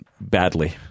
badly